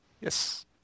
Yes